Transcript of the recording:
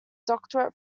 doctorate